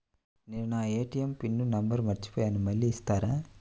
నేను నా ATM PIN number మర్చిపోయాను మళ్ళీ ఇస్తారా?